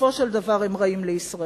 בסופו של דבר הוא רע לישראל.